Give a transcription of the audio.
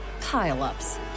pile-ups